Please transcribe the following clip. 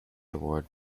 award